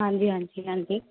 ਹਾਂਜੀ ਹਾਂਜੀ ਹਾਂਜੀ